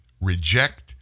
reject